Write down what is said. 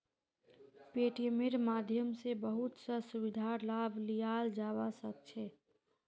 पेटीएमेर माध्यम स बहुत स सुविधार लाभ लियाल जाबा सख छ